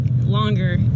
longer